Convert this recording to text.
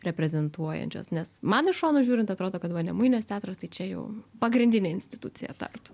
reprezentuojančios nes man iš šono žiūrint atrodo kad vanemuinės teatras tai čia jau pagrindinė institucija tartu